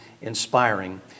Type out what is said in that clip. inspiring